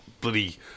bloody